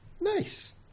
Nice